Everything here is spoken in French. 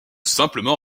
simplement